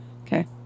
Okay